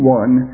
one